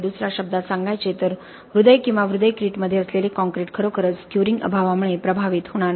दुस या शब्दात सांगायचे तर हृदय किंवा हृदय क्रीटमध्ये असलेले कॉंक्रिट खरोखरच क्युरिंग अभावामुळे प्रभावित होणार नाही